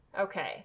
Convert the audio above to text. Okay